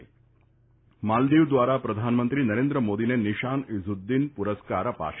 માલદિવ દ્વારા પ્રધાનમંત્રી નરેન્દ્ર મોદીને નિશાન ઇઝ્રદીન પ્રરસ્કાર અપાશે